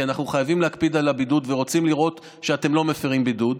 כי אנחנו חייבים להקפיד על הבידוד ורוצים לראות שאתם לא מפירים בידוד,